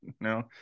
No